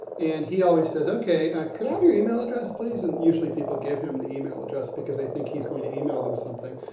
and he always says, okay, could i have your email address, please? and usually people give him the email address, because they think he's going to email them something.